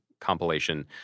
compilation –